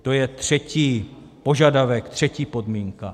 To je třetí požadavek, třetí podmínka.